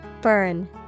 Burn